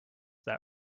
that